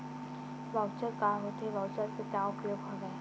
Voucher का होथे voucher के का उपयोग हवय?